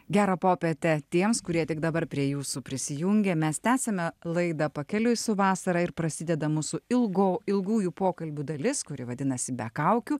gerą popietę tiems kurie tik dabar prie jūsų prisijungė mes tęsiame laidą pakeliui su vasara ir prasideda mūsų ilgo ilgųjų pokalbių dalis kuri vadinasi be kaukių